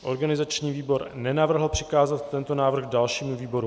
Organizační výbor nenavrhl přikázat tento návrh dalšímu výboru.